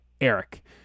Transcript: Eric